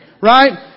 right